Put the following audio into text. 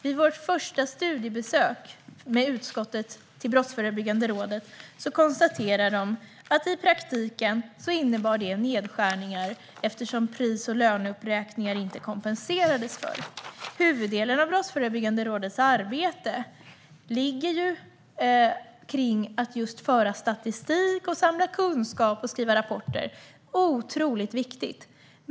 Vid vårt första studiebesök med utskottet på Brottsförebyggande rådet konstaterade de att detta i praktiken innebar nedskärningar, eftersom man inte kompenserade för pris och löneuppräkningar. Huvuddelen av Brottsförebyggande rådets arbete handlar om att föra statistik, samla kunskap och skriva rapporter. Det är otroligt viktigt.